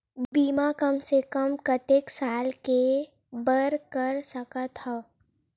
बीमा कम से कम कतेक साल के बर कर सकत हव?